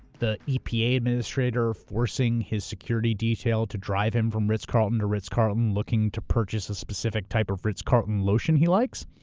the epa administrator forcing his security detail to drive him from ritz carlton to ritz carlton looking to purchase a specific type of ritz carlton lotion he likes,